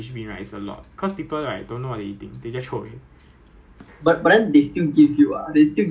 cause you cannot don't eat if the sergeant see you don't eat right they can charge you okay not the sergeant but officer will charge you